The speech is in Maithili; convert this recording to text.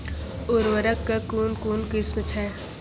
उर्वरक कऽ कून कून किस्म छै?